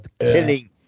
killing